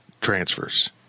transfers